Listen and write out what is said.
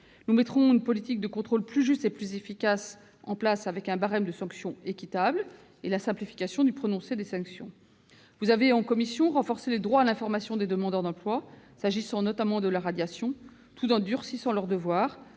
Nous mettrons en place une politique de contrôle plus juste et plus efficace, avec un barème de sanctions équitables et la simplification du prononcé des sanctions. Vous avez, en commission, mesdames, messieurs les sénateurs, renforcé les droits à l'information des demandeurs d'emploi, s'agissant notamment de la radiation, tout en durcissant leurs devoirs